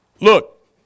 Look